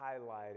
highlighting